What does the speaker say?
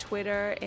Twitter